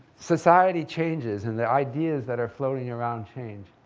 society changes and the ideas that are floating around change.